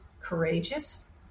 courageous